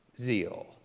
zeal